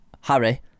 Harry